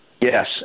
Yes